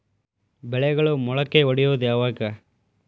ಬೆಳೆಗಳು ಮೊಳಕೆ ಒಡಿಯೋದ್ ಯಾವಾಗ್?